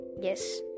Yes